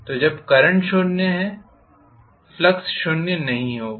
तो जब करंट शून्य है फ्लक्स शून्य नहीं होगा